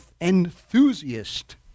enthusiast